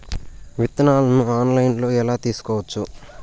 విత్తనాలను ఆన్లైన్లో ఎలా తీసుకోవచ్చు